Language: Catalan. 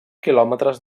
quilòmetres